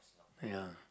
ya